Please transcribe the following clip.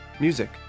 Music